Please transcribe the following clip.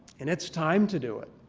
and it's time to do it.